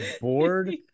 bored